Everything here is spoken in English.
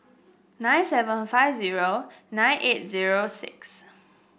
nine seven five zero nine eight zero six